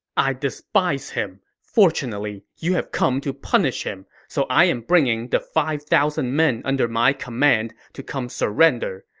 i despise him. fortunately, you have come to punish him, so i am bringing the five thousand men under my command to come surrender.